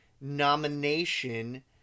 nomination